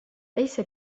ليس